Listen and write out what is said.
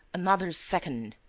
another second.